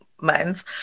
months